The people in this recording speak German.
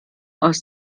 aus